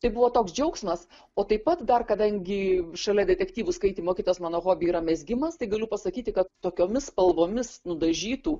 tai buvo toks džiaugsmas o taip pat dar kadangi šalia detektyvų skaitymo kitas mano hobi yra mezgimas tai galiu pasakyti kad tokiomis spalvomis nudažytų